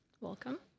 Welcome